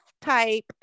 type